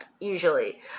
usually